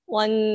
one